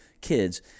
kids